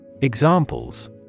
Examples